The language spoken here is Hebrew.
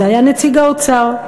זה היה נציג האוצר.